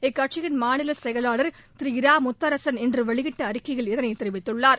இக்கட்சியின் மாநில செயலாளா் திரு இரா முத்தரசன் இன்று வெளியிட்ட அறிக்கையில் இதனை தெரிவித்துள்ளார்